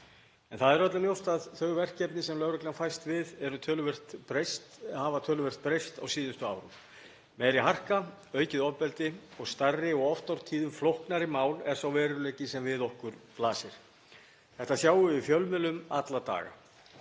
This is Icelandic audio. Það er öllum ljóst að þau verkefni sem lögreglan fæst við hafa töluvert breyst á síðustu árum. Meiri harka, aukið ofbeldi og stærri og oft á tíðum flóknari mál eru sá veruleiki sem við okkur blasir. Þetta sjáum við í fjölmiðlum alla daga.